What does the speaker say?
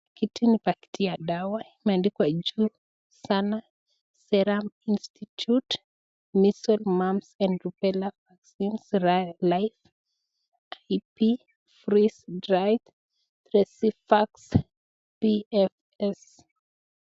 Hii ni pakiti ya dawa imeandikwa sana Serum Institute measles, mumps and rubella vaccine serial life dp freeze dried Tracy fats VFS .